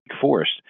Forest